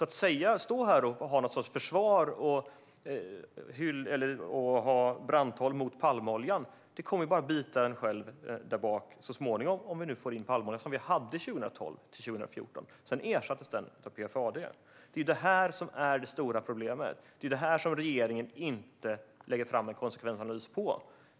Att stå här och ha något slags försvar genom att hålla brandtal mot palmoljan kommer bara att bita en själv där bak så småningom om vi nu får in palmolja som vi fick 2012-2014. Sedan ersattes den av PFAD. Det är det som är det stora problemet och det som regeringen inte lägger fram en konsekvensanalys om.